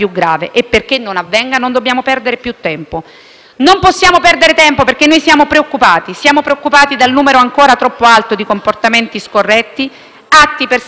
Non possiamo perdere tempo, perché siamo preoccupati. Siamo preoccupati dal numero ancora troppo alto di comportamenti scorretti, atti persecutori, aggressioni e violenze mortali contro le donne.